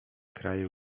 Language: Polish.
kraju